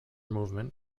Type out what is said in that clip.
movement